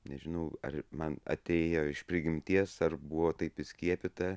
nežinau ar man atėjo iš prigimties ar buvo taip įskiepyta